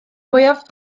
mwyaf